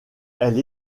elle